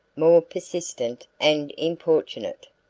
more persistent and importunate.